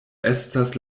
estas